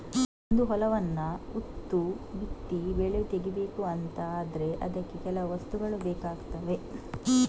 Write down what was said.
ಒಂದು ಹೊಲವನ್ನ ಉತ್ತು ಬಿತ್ತಿ ಬೆಳೆ ತೆಗೀಬೇಕು ಅಂತ ಆದ್ರೆ ಅದಕ್ಕೆ ಕೆಲವು ವಸ್ತುಗಳು ಬೇಕಾಗ್ತವೆ